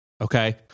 Okay